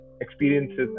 experiences